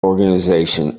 organization